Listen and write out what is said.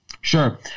Sure